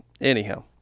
Anyhow